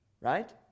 right